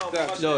לא